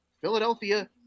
Philadelphia